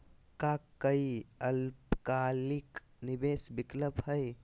का काई अल्पकालिक निवेस विकल्प हई?